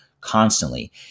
constantly